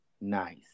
nice